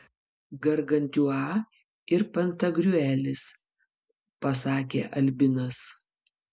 gargantiua ir pantagriuelis pasakė albinas